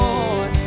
Lord